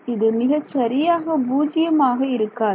இது மிகச் சரியாக பூஜ்யமாக இருக்காது